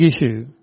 issue